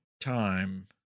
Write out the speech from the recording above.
time